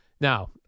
Now